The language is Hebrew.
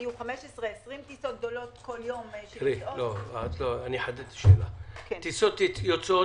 אחרי דיונים וכו', זה שביום שישי הופץ